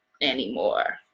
anymore